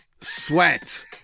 sweat